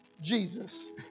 Jesus